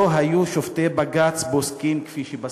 לא היו שופטי בג"ץ פוסקים כפי שפסקו.